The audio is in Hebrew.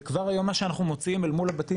וכבר היום מה שאנחנו מוצאים אל מול הבתים